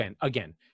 again